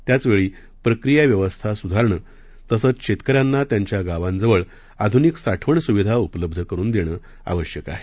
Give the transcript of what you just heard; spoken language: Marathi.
त्याचवेळी प्रक्रियाव्यवस्था सुधारणं तसंच शेतकऱ्यांना त्यांच्या गावांजवळ आधुनिक साठवण सुविधा उपलब्ध करून देणं आवश्यक आहे